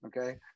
Okay